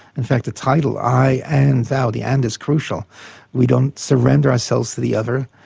in fact the title i and thou, the and is crucial we don't surrender ourselves to the other,